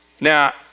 Now